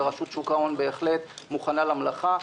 ורשות שוק ההון בהחלט מוכנה למלאכה.